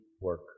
work